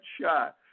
shot